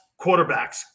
quarterbacks